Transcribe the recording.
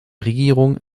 regierung